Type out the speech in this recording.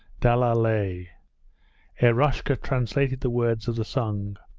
dalalay eroshka translated the words of the song